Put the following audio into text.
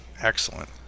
excellent